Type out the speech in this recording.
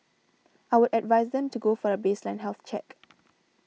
I would advise them to go for a baseline health check